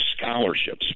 scholarships